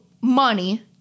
money